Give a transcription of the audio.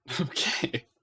Okay